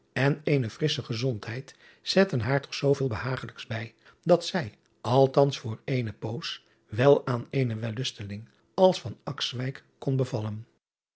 en eene frissche gezondheid zetten haar toch zooveel behagelijks bij dat zij althans voor eene poos wel aan eenen wellusteling als kon bevallen